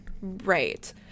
right